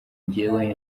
njyewe